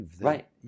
right